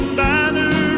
banner